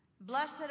Blessed